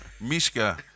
Mishka